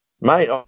mate